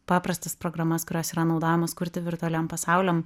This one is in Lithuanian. paprastas programas kurios yra naudojamos kurti virtualiem pasauliam